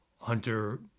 Hunter